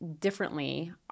differently